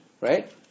right